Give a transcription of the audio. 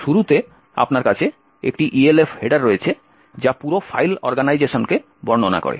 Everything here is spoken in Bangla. শুরুতে আপনার কাছে একটি ELF হেডার রয়েছে যা পুরো ফাইল অরগানাইজেশনকে বর্ণনা করে